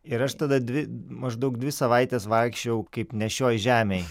ir aš tada dvi maždaug dvi savaites vaikščiojau kaip ne šioj žemėj